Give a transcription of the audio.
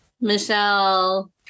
Michelle